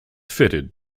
fitted